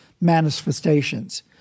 manifestations